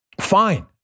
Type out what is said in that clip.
fine